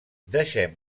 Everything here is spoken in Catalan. deixem